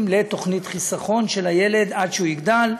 לתוכנית חיסכון של הילד עד שהוא יגדל,